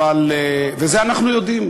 וזה אנחנו יודעים.